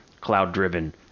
cloud-driven